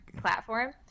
platform